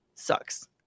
sucks